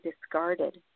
discarded